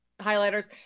highlighters